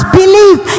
believe